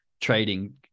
trading